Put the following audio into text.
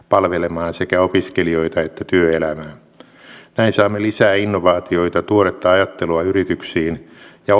palvelemaan sekä opiskelijoita että työelämää näin saamme lisää innovaatioita tuoretta ajattelua yrityksiin ja